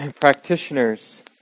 practitioners